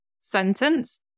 sentence